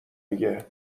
دیگه